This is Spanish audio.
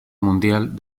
mundial